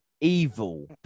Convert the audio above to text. Evil